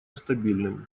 стабильным